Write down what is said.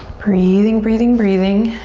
breathing, breathing, breathing.